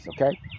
okay